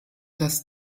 das